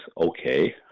okay